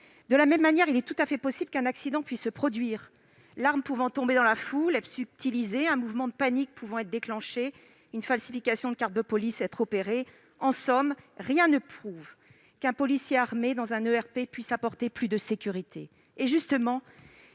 dans un ERP, on peut tout aussi bien envisager qu'un accident se produise, l'arme pouvant tomber dans la foule, être subtilisée, un mouvement de panique pouvant être déclenché, une falsification de carte de police être opérée. En somme, rien ne prouve qu'un policier armé dans un ERP puisse apporter plus de sécurité. Plus